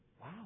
Wow